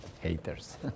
Haters